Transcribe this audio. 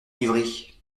livrée